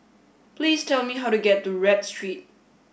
please tell me how to get to Read Street